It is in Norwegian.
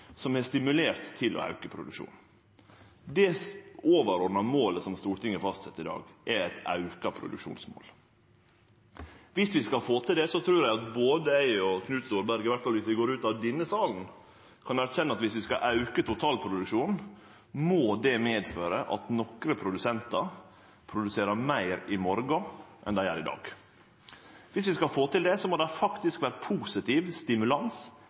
som har stimulert til å auke produksjonen. Det overordna målet som Stortinget fastset i dag, er eit auka produksjonsmål. Skal vi få til det, trur eg at både eg og Knut Storberget – i alle fall viss vi går ut av denne salen – kan erkjenne at viss vi skal auke totalproduksjonen, må det medføre at nokre produsentar produserer meir i morgon enn dei gjer i dag. Skal vi få til det, må det faktisk vere ein positiv stimulans